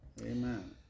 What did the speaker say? Amen